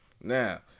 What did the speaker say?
Now